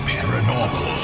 Paranormal